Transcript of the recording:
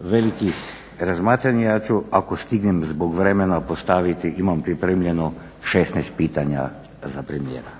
velikih razmatranja ja ću, ako stignem zbog vremena postaviti, imam pripremljeno 16 pitanja za premijera.